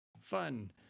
fun